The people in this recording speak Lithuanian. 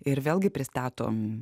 ir vėlgi pristatom